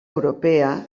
europea